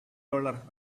dollar